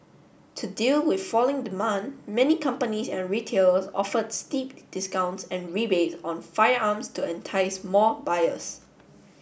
to deal with falling demand many companies and retailers offered steep discounts and rebates on firearms to entice more buyers